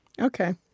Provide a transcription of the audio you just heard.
Okay